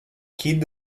kid